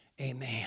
Amen